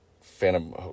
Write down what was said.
Phantom